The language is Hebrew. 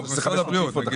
משרד הבריאות.